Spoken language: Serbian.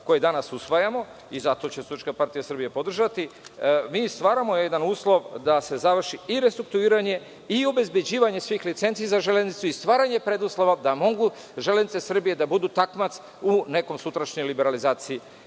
koje danas usvajamo i zato će SPS podržati, mi stvaramo jedan uslov da se završi i restrukturiranje i obezbeđivanje svih licenci za železnicu i stvaranje preduslova da mogu Železnice Srbije da budu takmac u nekoj sutrašnjoj liberalizaciji